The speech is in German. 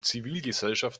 zivilgesellschaft